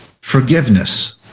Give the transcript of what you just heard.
forgiveness